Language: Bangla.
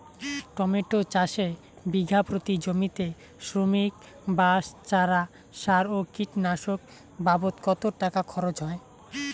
টমেটো চাষে বিঘা প্রতি জমিতে শ্রমিক, বাঁশ, চারা, সার ও কীটনাশক বাবদ কত টাকা খরচ হয়?